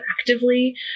actively